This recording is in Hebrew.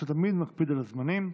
שתמיד מקפיד על הזמנים.